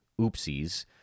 Oopsies